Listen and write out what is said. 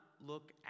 look